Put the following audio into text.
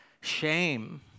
Shame